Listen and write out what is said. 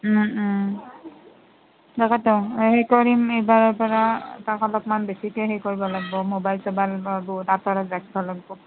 তাকেটো এই সেই কৰিম এইবাৰৰ পৰা তাক অলপমান বেছিকৈ সেই কৰিব লাগিব মোবাইল চোবাইলৰ পৰা বহুত আঁতৰত ৰাখিব লাগিব